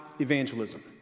evangelism